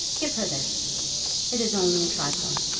give her this it is only a trifle,